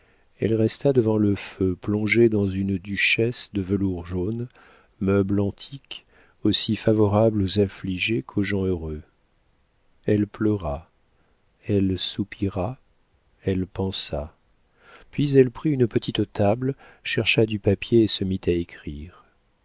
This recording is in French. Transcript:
elle resta devant le feu plongée dans une duchesse de velours jaune meuble antique aussi favorable aux affligés qu'aux gens heureux elle pleura elle soupira elle pensa puis elle prit une petite table chercha du papier et se mit à écrire